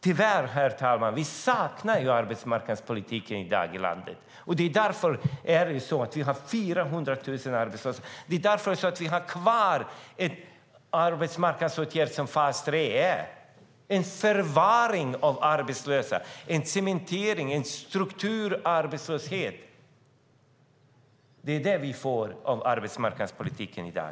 Tyvärr saknar vi arbetsmarknadspolitik i landet i dag. Därför har vi 400 000 arbetslösa. Därför har vi kvar en arbetsmarknadsåtgärd som fas 3. Det är förvaring av arbetslösa, en cementering, en strukturarbetslöshet. Det är det vi får av arbetsmarknadspolitiken i dag.